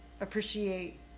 appreciate